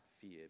fear